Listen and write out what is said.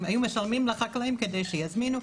הם היו משלמים לחקלאים כדי שיזמינו.